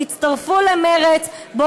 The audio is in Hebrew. תצטרפו למרצ, תודה.